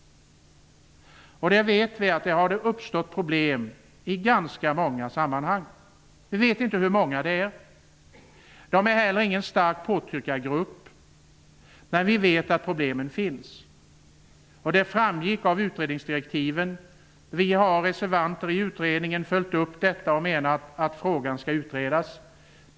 Vi vet att det där har uppstått problem i ganska många sammanhang. Vi vet inte hur många det gäller. De är inte heller någon stark påtryckargrupp. Men vi vet att problemen finns. Det framgick av utredningsdirektiven. Vi reservanter i utredningen har följt upp detta och vill att frågan skall utredas.